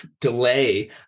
delay